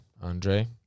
Andre